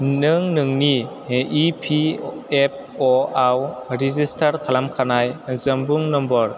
नों नोंनि E P F अ आव रेजिस्टार खालामखानाय जानबुं नम्बर